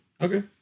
Okay